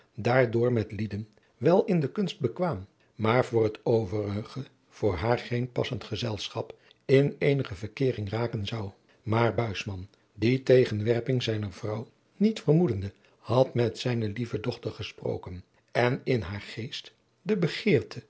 door met lieden wel in de kunst bekwaam maar voor het overige voor haar geen zeer passend gezelschap in eenige verkeering raken zou maar buisman die tegenwerping zijner vrouw niet vermoedende had met zijne lieve dochter gesproken en in haar geest de